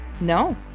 no